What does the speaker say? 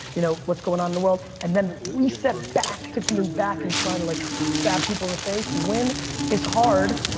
you know what's going on in the world, and then reset back to being back and trying to like stab people in the face and win is hard